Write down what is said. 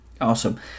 Awesome